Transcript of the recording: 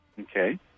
Okay